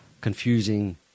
confusing